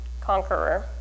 conqueror